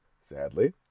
Sadly